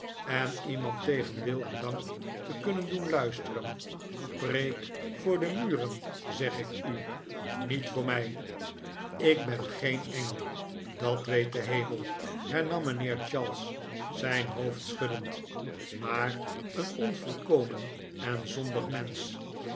en iemand tegen wil en dank te kunnen doen luisteren preek voor de muren zeg ik u niet voor mij ik ben geen engel dat weet de hemel hernam mijnheer charles zijn hoofd schuddend maar een onvolkomen en zondig mensch